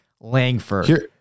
Langford